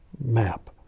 map